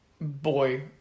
boy